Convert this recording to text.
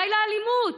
די לאלימות.